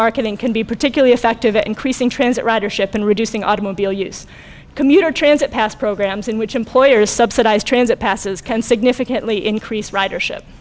marketing can be particularly effective at increasing transit ridership and reducing automobile use commuter transit pass programs in which employers subsidize transit passes can significantly increase ridership